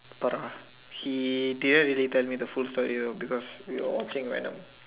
pariah he didn't really tell me the full story you know because we were watching venom